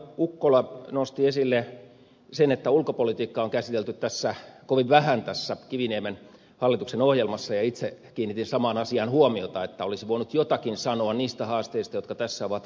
ukkola nosti esille sen että ulkopolitiikkaa on käsitelty kovin vähän tässä kiviniemen hallituksen ohjelmassa ja itse kiinnitin samaan asiaan huomiota että olisi voinut jotakin sanoa niistä haasteista jotka tässä ovat edessä